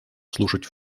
слушать